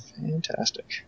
Fantastic